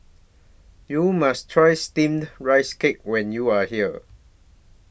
YOU must Try Steamed Rice Cake when YOU Are here